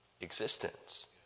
existence